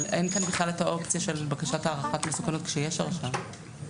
אבל אין כאן בכלל את האופציה של בקשת הערכת מסוכנות כשיש הרשעה.